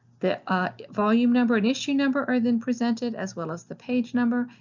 the volume number and issue number are then presented as well as the page number,